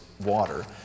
water